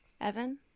evan